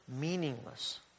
meaningless